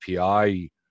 API